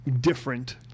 different